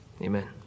Amen